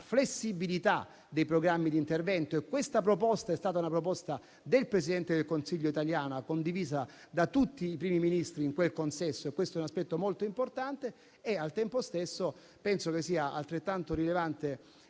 flessibilità dei programmi di intervento. Questa è stata una proposta del Presidente del Consiglio italiano, condivisa da tutti i Primi Ministri in quel consesso e questo è un aspetto molto importante. Al tempo stesso, penso che sia altrettanto rilevante